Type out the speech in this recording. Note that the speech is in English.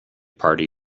party